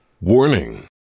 Warning